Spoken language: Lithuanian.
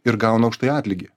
ir gauna už tai atlygį